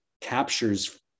captures